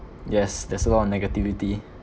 yes there's a lot of negativity